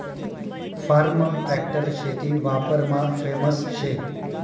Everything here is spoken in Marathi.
फार्म ट्रॅक्टर शेती वापरमा फेमस शे